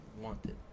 wanted